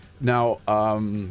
Now-